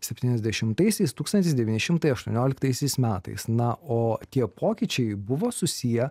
septyniasdešimtaisiais tūkstantis devyni šimtai aštuonioliktaisiais metais na o tie pokyčiai buvo susiję